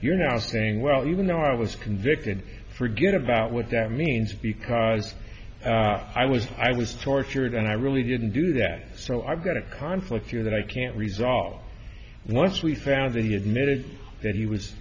saying well even though i was convicted forget about what that means because i was i was tortured and i really didn't do that so i've got a conflict here that i can't resolve once we found that he admitted that he was